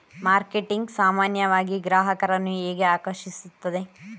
Marketing ಸಾಮಾನ್ಯವಾಗಿ ಗ್ರಾಹಕರನ್ನು ಹೇಗೆ ಆಕರ್ಷಿಸುತ್ತದೆ?